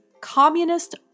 communist